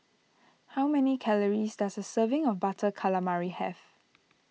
how many calories does a serving of Butter Calamari have